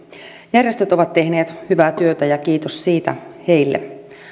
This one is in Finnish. järjestöt ovat tehneet hyvää työtä ja kiitos siitä heille